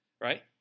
right